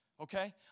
Okay